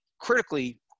critically